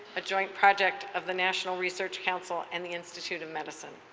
a joint project of the national research council and the institute of medicine.